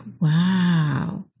wow